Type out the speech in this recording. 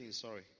sorry